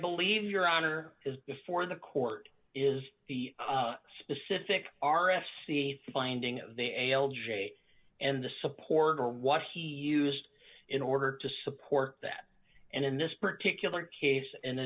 believe your honor is before the court is the specific r f c finding the a l j and the support or what he used in order to support that and in this particular case and